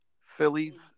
Phillies